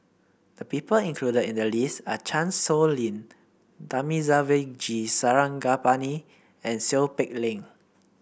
the people included in the list are Chan Sow Lin Thamizhavel G Sarangapani and Seow Peck Leng